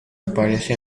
aparece